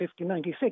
1596